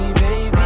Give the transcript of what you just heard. baby